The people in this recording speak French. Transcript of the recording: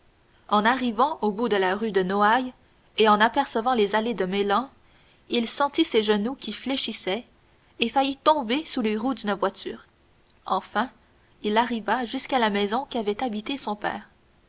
en arrivant au bout de la rue de noailles et en apercevant les allées de meilhan il sentit ses genoux qui fléchissaient et il faillit tomber sous les roues d'une voiture enfin il arriva jusqu'à la maison qu'avait habitée son père